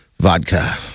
vodka